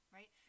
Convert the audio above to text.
Right